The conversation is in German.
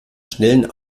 schnellen